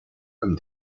comme